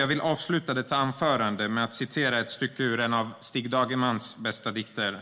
Jag vill avsluta detta anförande med att citera ett stycke ur en av Stig Dagermans bästa dikter.